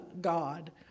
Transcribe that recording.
god